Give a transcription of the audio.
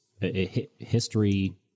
history